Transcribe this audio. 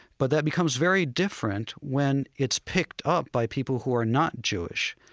but that becomes very different when it's picked up by people who are not jewish.